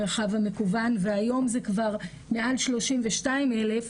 המקוון והיום זה כבר מעל 32,000,